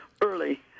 early